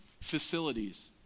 Facilities